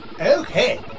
Okay